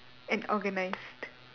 and organised